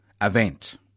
event